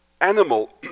animal